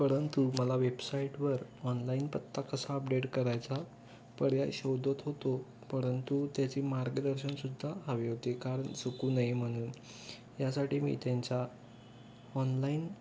परंतु मला वेबसाईटवर ऑनलाईन पत्ता कसा अपडेट करायचा पर्याय शोधत होतो परंतु त्याची मार्गदर्शन सुद्धा हवी होते कारण चुकू नये म्हणून यासाठी मी त्यांच्या ऑनलाईन